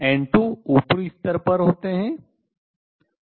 n2 ऊपरी स्तर पर होते हैं